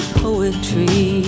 poetry